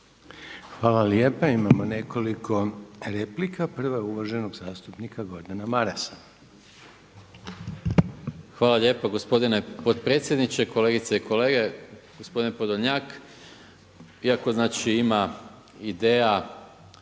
Hvala lijepo. Imamo nekoliko replika. Prva je uvaženog zastupnika Gordana Marasa. **Maras, Gordan (SDP)** Hvala lijepa gospodine potpredsjedniče, kolegice i kolege, gospodine Podolnjak. Iako znači ima